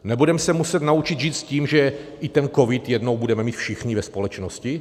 Nebudeme se muset naučit žít s tím, že i ten covid jednou budeme mít všichni ve společnosti?